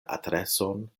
adreson